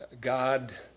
God